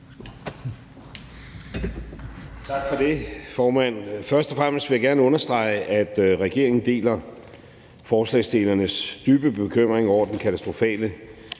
Tak for det, formand. Først og fremmest vil jeg gerne understrege, at regeringen deler forslagsstillernes dybe bekymring over den katastrofale